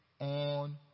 on